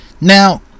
Now